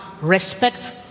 respect